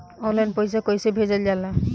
Online पैसा कैसे भेजल जाला?